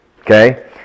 Okay